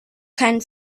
kein